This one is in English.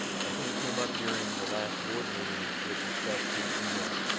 i think, it came up during the last board meeting with respect to email.